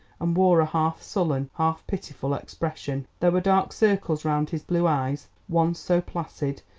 and wore a half sullen, half pitiful expression there were dark circles round his blue eyes, once so placid,